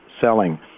Selling